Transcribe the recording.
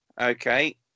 okay